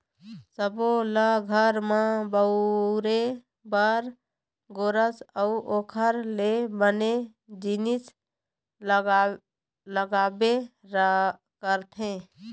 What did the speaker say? सब्बो ल घर म बउरे बर गोरस अउ ओखर ले बने जिनिस लागबे करथे